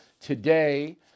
Today